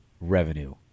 revenue